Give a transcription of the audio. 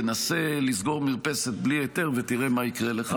תנסה לסגור מרפסת בלי היתר ותראה מה יקרה לך,